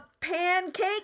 Pancake